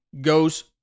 goes